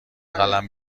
قلم